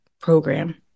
program